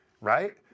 right